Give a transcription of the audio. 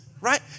right